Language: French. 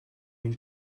une